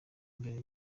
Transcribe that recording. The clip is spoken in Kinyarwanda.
mbere